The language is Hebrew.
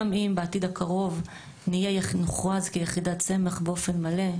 גם אם בעתיד הקרוב נוכרז כיחידת סמך באופן מלא,